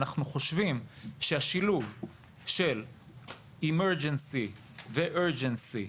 אנחנו חושבים שצריך לעשות שילוב של Emergency ו-Urgency,